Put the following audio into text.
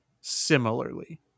similarly